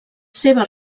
seves